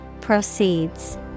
Proceeds